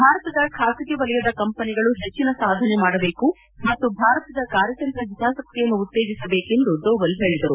ಭಾರತದ ಖಾಸಗಿ ವಲಯದ ಕಂಪನಿಗಳು ಹೆಚ್ಚಿನ ಸಾಧನೆ ಮಾದಬೇಕು ಮತ್ತು ಭಾರತದ ಕಾರ್ಯತಂತ್ರ ಹಿತಾಸಕ್ತಿಯನ್ನು ಉತ್ತೇಜಿಸಬೇಕು ಎಂದು ದೋವಲ್ ಹೇಳಿದರು